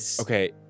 okay